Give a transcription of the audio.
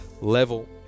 level